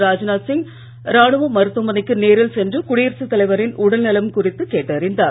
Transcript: ராஜ்நாத் சிங் ராணுவ மருத்துவமனைக்கு நோில் சென்று குடியரசு தலைவாின் உடல் நலம் குறித்து கேட்டறிந்தார்